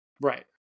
right